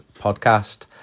podcast